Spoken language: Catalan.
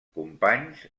companys